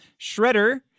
Shredder